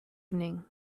evening